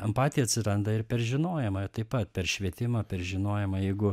empatija atsiranda ir per žinojimą taip pat per švietimą per žinojimą jeigu